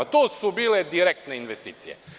To su bile direktne inevsticije.